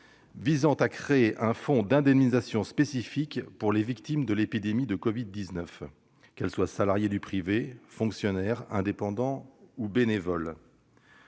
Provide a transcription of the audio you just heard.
visant à « créer un fonds d'indemnisation spécifique pour les victimes de l'épidémie de Covid-19, qu'elles soient salariés du privé, fonctionnaires, indépendants ou bénévoles